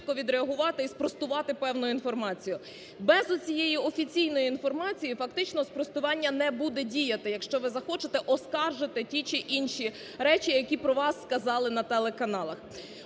відреагувати і спростувати певну інформацію. Без оцієї офіційної інформації, фактично, спростування не буде діяти, якщо ви захочете оскаржити ті чи інші речі, які про вас сказали на телеканалах.